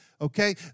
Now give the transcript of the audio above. okay